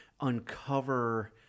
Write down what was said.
uncover